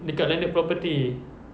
dekat landed property